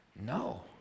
no